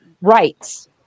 rights